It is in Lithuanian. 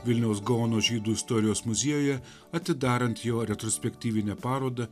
vilniaus gaono žydų istorijos muziejuje atidarant jo retrospektyvinę parodą